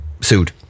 sued